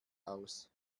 aus